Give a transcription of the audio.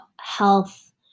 health